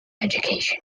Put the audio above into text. education